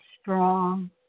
strong